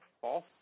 false